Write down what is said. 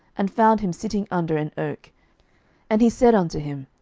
and found him sitting under an oak and he said unto him,